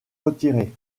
retirées